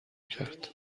کرد